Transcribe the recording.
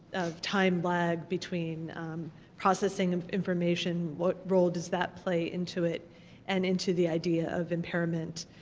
time lag between processing information, what role does that play into it and into the idea of impairment?